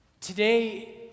Today